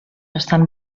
estan